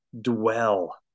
dwell